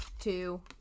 two